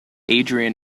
adrian